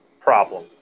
problem